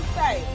say